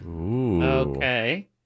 Okay